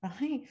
right